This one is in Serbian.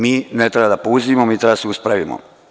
Mi ne treba da puzimo, mi treba da se uspravimo.